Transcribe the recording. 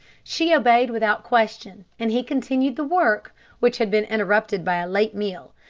she obeyed without question, and he continued the work which had been interrupted by a late meal,